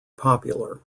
popular